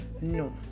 No